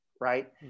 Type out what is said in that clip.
right